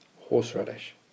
Horseradish